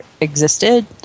existed